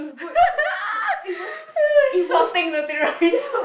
uh shopping the Tiramisu